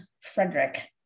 Frederick